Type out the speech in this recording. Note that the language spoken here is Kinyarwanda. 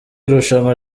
irushanwa